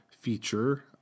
feature